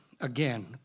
again